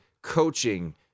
Coaching